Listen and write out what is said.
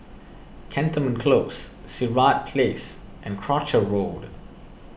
Cantonment Close Sirat Place and Croucher Road